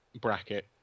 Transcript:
bracket